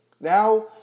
Now